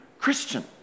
Christian